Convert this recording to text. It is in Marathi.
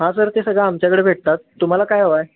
हां सर ते सगळं आमच्याकडे भेटतात तुम्हाला काय हवं आहे